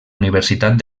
universitat